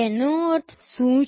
તેનો અર્થ શું છે